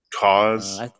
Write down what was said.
cause –